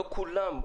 לא כולם.